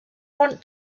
want